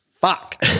Fuck